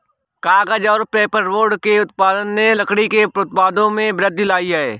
कागज़ और पेपरबोर्ड के उत्पादन ने लकड़ी के उत्पादों में वृद्धि लायी है